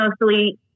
mostly